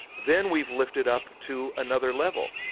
then we've lifted up to another level.